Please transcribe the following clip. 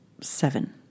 seven